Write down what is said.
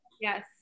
Yes